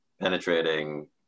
penetrating